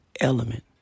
element